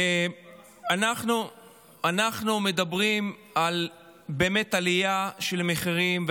אנחנו מדברים באמת על עלייה של מחירים.